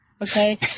okay